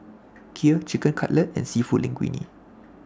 Kheer Chicken Cutlet and Seafood Linguine